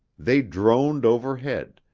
they droned overhead,